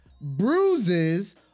bruises